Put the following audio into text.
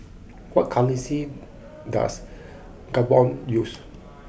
what currency does Gabon use